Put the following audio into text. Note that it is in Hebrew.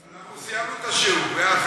אנחנו סיימנו את השיעור.